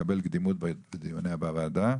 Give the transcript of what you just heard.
תקבל קדימות בדיונים בוועדה,